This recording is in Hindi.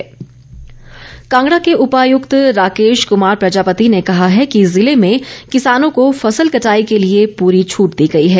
फसल कटाई कांगड़ा के उपायुक्त राकेश कुमार प्रजापति ने कहा है कि जिले में किसानों को फसल कटाई के लिए पूरी छूट दी गई है